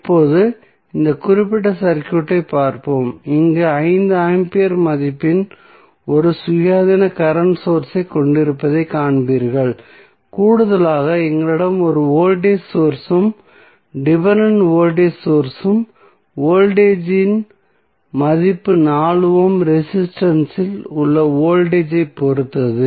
இப்போது இந்த குறிப்பிட்ட சர்க்யூட்டைப் பார்ப்போம் அங்கு 5 ஆம்பியர் மதிப்பின் ஒரு சுயாதீனமான கரண்ட் சோர்ஸ் ஐக் கொண்டிருப்பதைக் காண்பீர்கள் கூடுதலாக எங்களிடம் ஒரு வோல்டேஜ் சோர்ஸ் உம் டிபென்டென்ட் வோல்டேஜ் சோர்ஸ் உம் வோல்டேஜ் இன் மதிப்பு 4 ஓம் ரெசிஸ்டன்ஸ் இல் உள்ள வோல்டேஜ் ஐப் பொறுத்தது